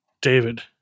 David